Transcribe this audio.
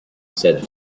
said